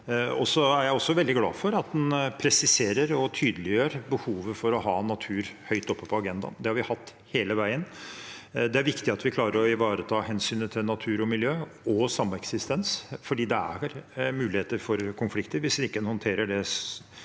Jeg er også veldig glad for at en presiserer og tydeliggjør behovet for å ha natur høyt oppe på agendaen. Det har vi hatt hele veien. Det er viktig at vi klarer å ivareta hensynet til natur, miljø og sameksistens, for det er vel muligheter for konflikter hvis vi ikke håndterer det